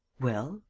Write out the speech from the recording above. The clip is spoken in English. well?